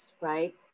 right